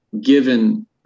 given